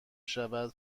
شود